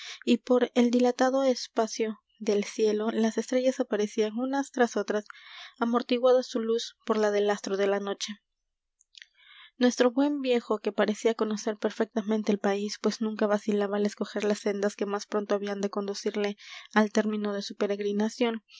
y por el dilatado espacio del cielo las estrellas aparecían unas tras otras amortiguada su luz por la del astro de la noche nuestro buen viejo que parecía conocer perfectamente el país pues nunca vacilaba al escoger las sendas que más pronto habían de conducirle al término de su peregrinación